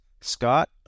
Scott